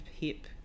hip